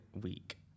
week